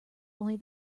only